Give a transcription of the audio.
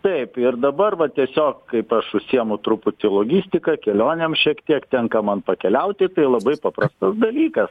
taip ir dabar va tiesiog kaip aš užsiėmu truputį logistika kelionėm šiek tiek tenka man pakeliauti tai labai paprastas dalykas